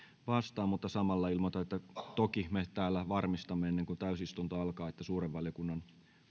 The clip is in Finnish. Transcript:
vastaan mutta samalla ilmoitan että toki me täällä varmistamme ennen kuin täysistunto alkaa että suuren valiokunnan